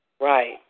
right